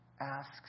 asks